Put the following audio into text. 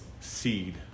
Seed